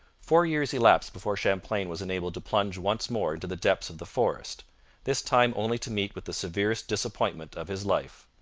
four years elapsed before champlain was enabled to plunge once more into the depths of the forest this time only to meet with the severest disappointment of his life.